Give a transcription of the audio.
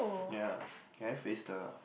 ya can I face the